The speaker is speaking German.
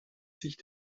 sich